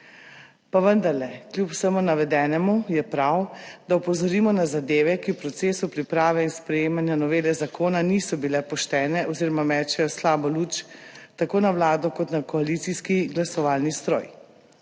Pa vendarle kljub vsemu navedenemu je prav, da opozorimo na zadeve, ki v procesu priprave in sprejemanja novele zakona niso bile poštene oziroma mečejo slabo luč tako na Vlado kot na koalicijski glasovalni stroj.